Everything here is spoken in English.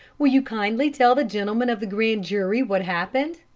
will you kindly tell the gentlemen of the grand jury what happened?